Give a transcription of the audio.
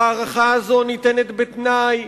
ההארכה הזאת ניתנת בתנאי,